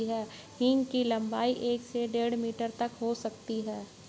हींग की लंबाई एक से डेढ़ मीटर तक हो सकती है